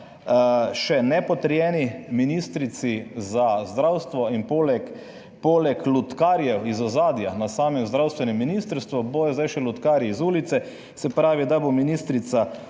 še nepotrjeni ministrici za zdravstvo in poleg lutkarjev iz ozadja na samem zdravstvenem ministrstvu bodo zdaj še lutkarji iz ulice, se pravi, da bo ministrica